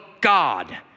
God